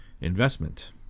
investment